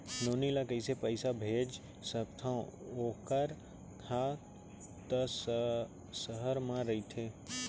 नोनी ल कइसे पइसा भेज सकथव वोकर हा त सहर म रइथे?